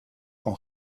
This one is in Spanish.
con